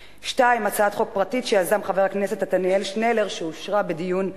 2. הצעת חוק פרטית שיזם חבר הכנסת עתניאל שנלר שאושרה בדיון מוקדם,